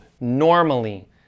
normally